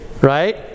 right